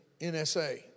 NSA